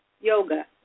yoga